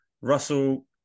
Russell